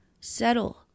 settle